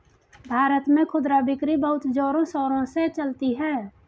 भारत में खुदरा बिक्री बहुत जोरों शोरों से चलती है